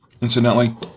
incidentally